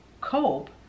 cope